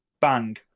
Bang